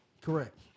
Correct